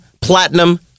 platinum